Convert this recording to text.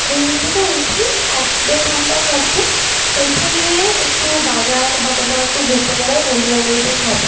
ঘুম থেকে উঠি এক দেড় ঘণ্টার মধ্যে উঠে নিয়ে একটু বাজার বা কোথাও একটু ঘুরতে বেরাই বন্ধুবান্ধবীদের সাথে